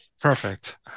Perfect